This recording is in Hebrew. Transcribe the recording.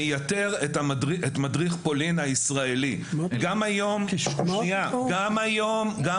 אם מדינת ישראל רוצה לאמץ עכשיו גישה שלפיה צריכה